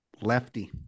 Lefty